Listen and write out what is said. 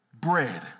bread